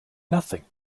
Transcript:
nothing